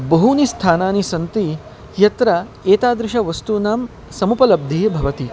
बहूनि स्थानानि सन्ति यत्र एतादृशानां वस्तूनां समुपलब्धिः भवति